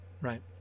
right